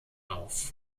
auf